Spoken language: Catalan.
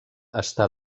està